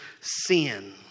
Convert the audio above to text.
sin